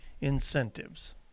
incentives